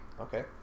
okay